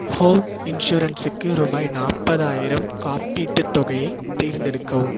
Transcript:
home இன்சூரன்ஸுக்கு ரூபாய் நாற்பதாயிரம் காப்பீட்டுத் தொகையை தேர்ந்தெடுக்கவும்